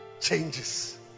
changes